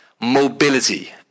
mobility